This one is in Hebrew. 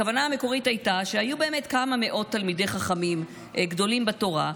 הכוונה המקורית הייתה שיהיו כמה מאות תלמידי חכמים גדולים בתורה,